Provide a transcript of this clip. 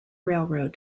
railroad